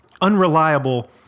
unreliable